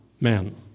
men